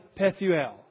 Pethuel